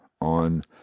on